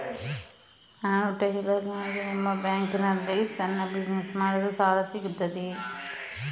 ನಾನು ಟೈಲರ್, ನನಗೆ ನಿಮ್ಮ ಬ್ಯಾಂಕ್ ನಲ್ಲಿ ಸಣ್ಣ ಬಿಸಿನೆಸ್ ಮಾಡಲು ಸಾಲ ಸಿಗುತ್ತದೆಯೇ?